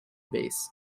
base